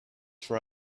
for